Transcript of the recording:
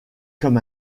comme